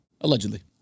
Allegedly